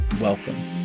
Welcome